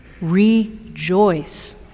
rejoice